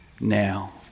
now